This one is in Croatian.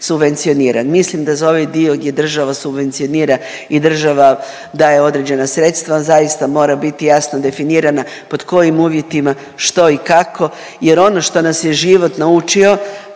Mislim da za ovaj dio gdje država subvencionira i država daje određena sredstva zaista mora biti jasno definirana pod kojim uvjetima, što i kako jer ono što nas je život naučio